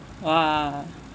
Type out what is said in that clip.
!wah!